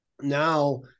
now